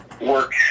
work